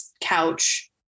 couch